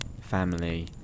family